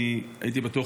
הייתי בטוח,